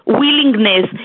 willingness